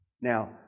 Now